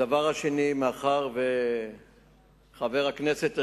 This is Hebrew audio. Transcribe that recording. הדבר השני, מאחר שחבר הכנסת גנאים,